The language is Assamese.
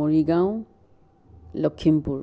মৰিগাঁও লখিমপুৰ